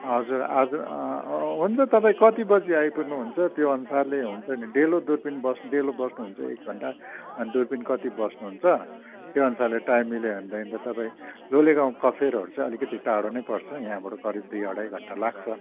हजुर आज हुन्छ तपाईँ कति बजी आइपुग्नुहुन्छ त्यो अनुसारले हुन्छ नि डेलो दुर्पिन बस् डेलो बस्नुहुन्छ एक घन्टा अनि दुर्पिन कति बस्नुहुन्छ त्यो अनुसारले टाइम मिल्यो भनेदेखि त तपाईँ लोले गाउँ कफेरहरू चाहिँ अलिकति टाढो नै पर्छ यहाँबाट करीब दुई अढाई घन्टा लाग्छ